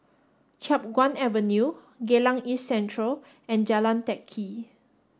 Chiap Guan Avenue Geylang East Central and Jalan Teck Kee